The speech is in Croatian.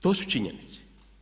To su činjenice.